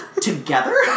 together